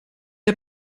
der